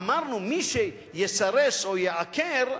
אמרנו: מי שיסרס או יעקר,